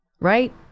right